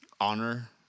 honor